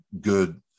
good